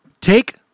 Take